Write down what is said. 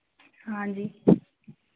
हाँ जी